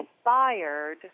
inspired